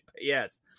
yes